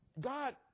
God